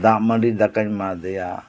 ᱫᱟᱜ ᱢᱟᱹᱰᱤ ᱫᱟᱠᱟᱹᱧ ᱮᱢᱟ ᱫᱮᱭᱟ